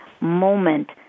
moment